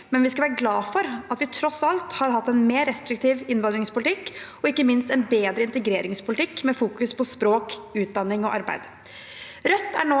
vi skal være glad for at vi tross alt har hatt en mer restriktiv innvandringspolitikk og ikke minst en bedre integreringspolitikk som fokuserer på språk, utdanning og arbeid.